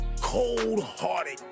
cold-hearted